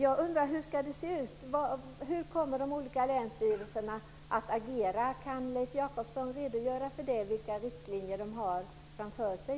Hur ska det egentligen se ut? Hur kommer de olika länsstyrelserna att agera? Kan Leif Jakobsson redogöra för vilka riktlinjer de nu har framför sig?